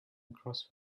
across